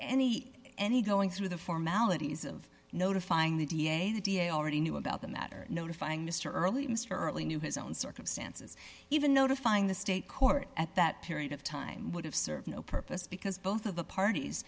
any any going through the formalities of notifying the da the da already knew about the matter notifying mr early mr early knew his own circumstances even notifying the state court at that period of time would have served no purpose because both of the parties